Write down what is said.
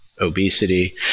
obesity